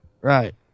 Right